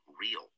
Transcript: real